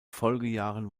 folgejahren